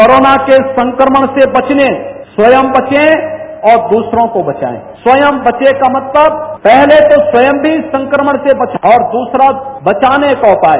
corona के संक्रमण से बचने स्वयं बचे और द्रसरों को बचाये स्वयं बचे का मतलब पहले तो स्वयं भी इस संक्रमण से बचे और दूसरा बचाने का उपाय